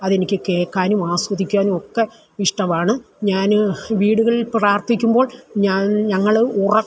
അതെനിക്ക് കേൾക്കാനും ആസ്വദിക്കാനും ഒക്ക ഇഷ്ടമാണ് ഞാൻ വീടുകളിൽ പ്രാർത്ഥിക്കുമ്പോൾ ഞാൻ ഞങ്ങൾ ഉറക്കെ